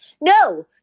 No